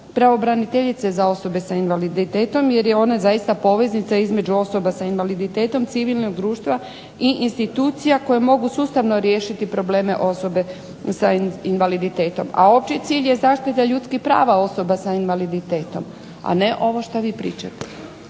pravobraniteljice za osobe sa invaliditetom jer je ona zaista poveznica između osoba s invaliditetom, civilnog društva i institucija koje mogu sustavno riješiti probleme osobe sa invaliditetom. A opći cilj je zaštita ljudskih prava osoba s invaliditetom, a ne ovo što vi pričate.